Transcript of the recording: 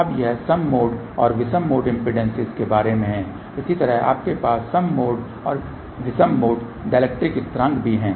अब यह सम मोड और विषम मोड इम्पीडेन्सेस के बारे में है इसी तरह हमारे पास सम मोड और विषम मोड डायलेक्ट्रिक स्थिरांक भी है